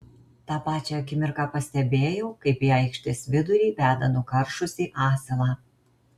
tą pačią akimirką pastebėjau kaip į aikštės vidurį veda nukaršusį asilą